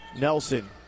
Nelson